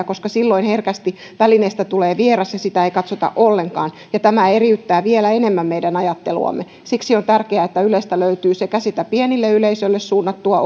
koska silloin herkästi välineestä tulee vieras ja sitä ei katsota ollenkaan ja tämä eriyttää vielä enemmän meidän ajatteluamme siksi on tärkeää että ylestä löytyy pienille yleisöille suunnattua